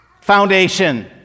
foundation